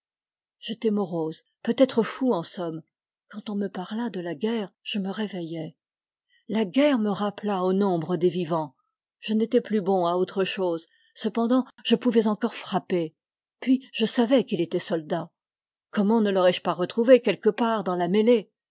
morose peut-être fou en somme quand on me parla de la guerre je me réveillai la guerre me rappela au nombre des vivans je n'étais plus bon à autre chose cependant je pouvais encore frapper puis je savais qu'il était soldat comment ne l'aurais-je pas retrouvé quelque part dans la mêlée